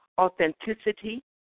authenticity